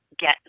get